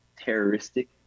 terroristic